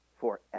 forever